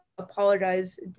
Apologize